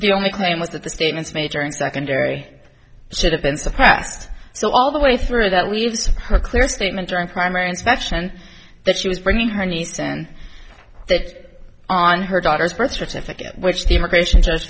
the only claim was that the statements made during secondary should have been suppressed so all the way through that leaves her clear statement during primary inspection that she was bringing her niece in on her daughter's birth certificate which the immigration ju